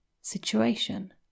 situation